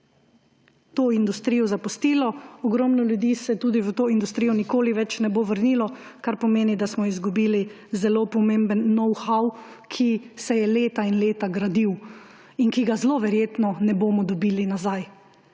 to industrijo zapustilo, ogromno ljudi se tudi v to industrijo nikoli več ne bo vrnilo, kar pomeni, da smo izgubili zelo pomemben know-how, ki se je leta in leta gradil in ki ga zelo verjetno ne bomo dobili nazaj.